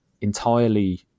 Entirely